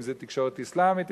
אם תקשורת אסלאמית,